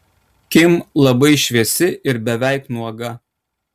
kim labai šviesi ir beveik nuoga